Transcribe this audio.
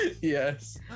yes